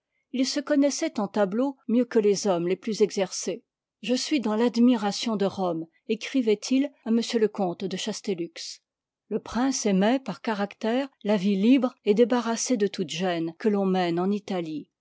il se connoissoit en tableaux mieux que les hommes les plus exercés je suis dans l'admiration de rome écrivoit il àm lecomte de chastellux le prince aimoit par caractère la vie libre et débarrassée de toute gène que l'on mène en italie